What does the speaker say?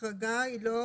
ההחרגה היא לא מוחלטת.